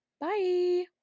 Bye